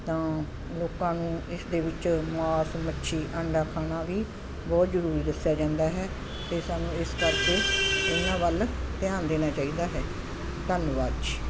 ਤਾਂ ਲੋਕਾਂ ਨੂੰ ਇਸ ਦੇ ਵਿੱਚ ਮਾਸ ਮੱਛੀ ਆਂਡਾ ਖਾਣਾ ਵੀ ਬਹੁਤ ਜ਼ਰੂਰੀ ਦੱਸਿਆ ਜਾਂਦਾ ਹੈ ਅਤੇ ਸਾਨੂੰ ਇਸ ਕਰਕੇ ਇਹਨਾਂ ਵੱਲ ਧਿਆਨ ਦੇਣਾ ਚਾਹੀਦਾ ਹੈ ਧੰਨਵਾਦ ਜੀ